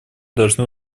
должны